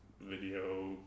video